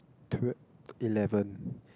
twe~ eleven